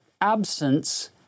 absence